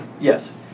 Yes